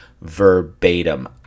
verbatim